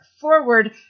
forward